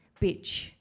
bitch